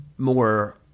more